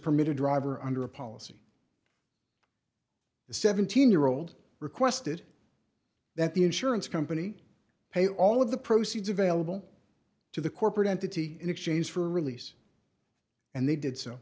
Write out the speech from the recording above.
permitted driver under a policy the seventeen year old requested that the insurance company pay all of the proceeds available to the corporate entity in exchange for release and they did so